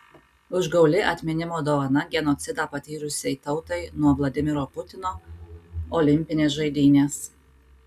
užgauli atminimo dovana genocidą patyrusiai tautai nuo vladimiro putino olimpinės žaidynės